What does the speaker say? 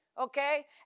okay